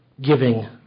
giving